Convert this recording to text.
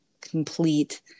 complete